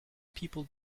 people